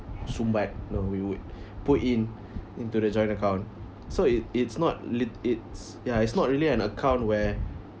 err we would put in into the joint account so it it's not lit~ it's ya it's not really an account where